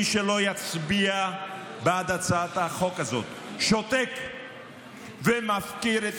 מי שלא יצביע בעד הצעת החוק הזאת שותק ומפקיר את